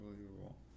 unbelievable